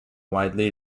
widely